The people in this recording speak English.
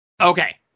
Okay